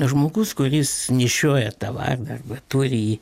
žmogus kuris nešioja tą vardą arba turi jį